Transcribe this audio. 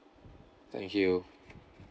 thank you